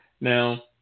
Now